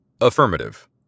Affirmative